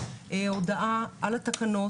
הודעה על התקנות.